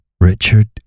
Richard